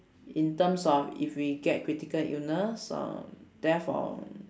in terms of if we get critical illness or death or